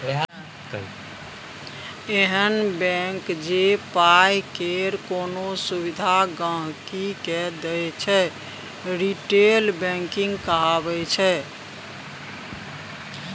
एहन बैंक जे पाइ केर कोनो सुविधा गांहिकी के दैत छै रिटेल बैंकिंग कहाबै छै